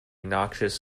noxious